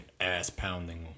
ass-pounding